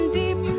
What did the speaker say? deep